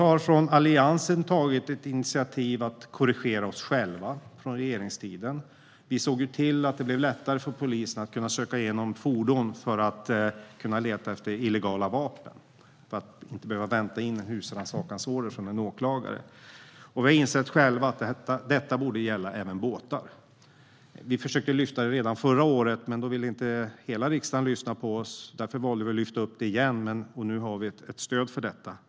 Alliansen har tagit ett initiativ för att korrigera sig själv från regeringstiden. Vi såg då till att det blev lättare för polisen att kunna söka igenom fordon för att leta efter illegala vapen och inte behöva vänta in en husrannsakansorder från en åklagare. Vi har nu insett att detta även borde gälla båtar. Vi lyfte upp det redan förra året, men då ville inte hela riksdagen lyssna på oss. Därför lyfter vi upp det igen, och nu har vi stöd för detta.